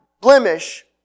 blemish